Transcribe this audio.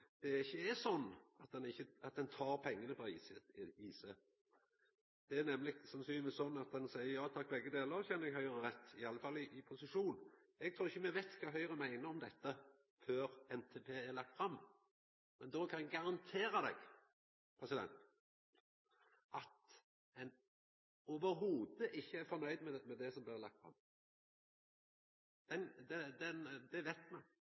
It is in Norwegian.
det ikkje er slik at ein tar pengane frå IC. Det er nemleg sannsynlegvis slik at ein seier ja takk, begge delar, kjenner eg Høgre rett, iallfall i posisjon. Eg trur ikkje me veit kva Høgre meiner om dette før NTP er lagd fram, men då kan eg garantera deg, president, at ein absolutt ikkje er fornøgd med det som blir lagt fram. Det veit me,